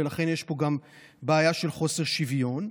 ולכן יש פה גם בעיה של חוסר שוויון,